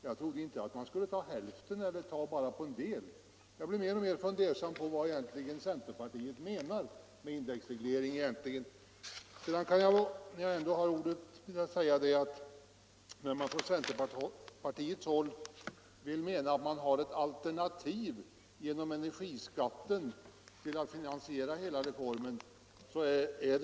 Jag trodde inte att man skulle ta hälften eller bara en del, och jag blir mer och mer fundersam över vad centerpartiet egentligen menar med indexreglering. Medan jag ändå har ordet vill jag göra en kommentar med anledning av att man från centerpartiets håll menar sig ha ett alternativ till finansiering av hela reformen genom energiskatten.